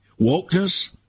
Wokeness